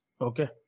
Okay